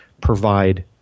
provide